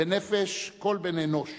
בנפש כל בן אנוש